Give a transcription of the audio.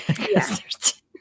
Yes